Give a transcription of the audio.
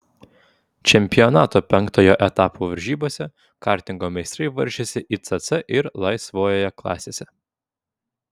čempionato penktojo etapo varžybose kartingo meistrai varžėsi icc ir laisvojoje klasėse